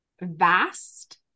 vast